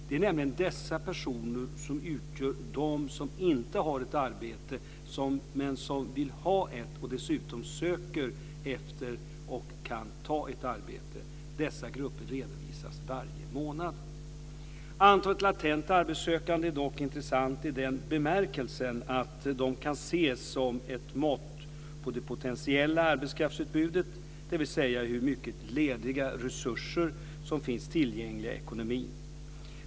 Det är nämligen dessa personer som utgör dem som inte har något arbete men som vill ha ett och dessutom söker efter, och kan ta, ett arbete. Dessa grupper redovisas varje månad. Antalet latent arbetssökande är dock intressant i den bemärkelsen att de kan ses som ett mått på det potentiella arbetskraftsutbudet, dvs. hur mycket lediga resurser som finns tillgängliga i ekonomin.